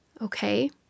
Okay